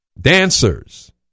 dancers